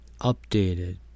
updated